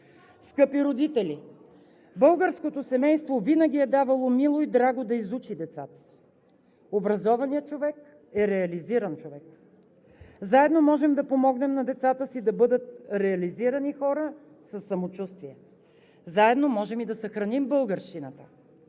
Скъпи родители, българското семейство винаги е давало мило и драго да изучи децата си – образованият човек е реализиран човек. Заедно можем да помогнем на децата си да бъдат реализирани хора със самочувствие. Заедно можем и да съхраним българщината